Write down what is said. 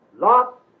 Lot